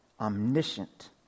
omniscient